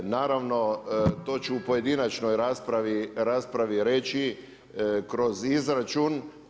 Naravno to ću u pojedinačnoj raspravi reći kroz izračun.